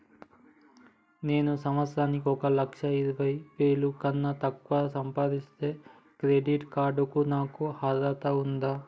నేను సంవత్సరానికి ఒక లక్ష ఇరవై వేల కన్నా తక్కువ సంపాదిస్తే క్రెడిట్ కార్డ్ కు నాకు అర్హత ఉందా?